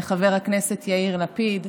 ככל הנראה, חבר הכנסת יאיר לפיד,